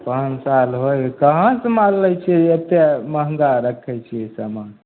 पाँच साल होइ कहाँ से माल लै छियै जे एतेक महङ्गा रखैत छी समान